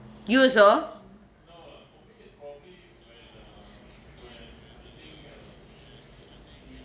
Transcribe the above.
you also